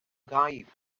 gaib